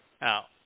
Now